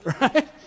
Right